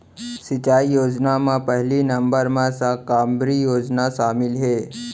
सिंचई योजना म पहिली नंबर म साकम्बरी योजना सामिल हे